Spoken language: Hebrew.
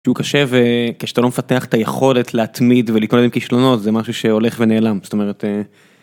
הוא קשה וכשאתה לא מפתח את היכולת להתמיד ולהתמודד עם כישלונות זה משהו שהולך ונעלם. זאת אומרת אה...